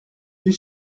you